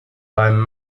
beim